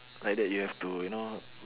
like that you have to you know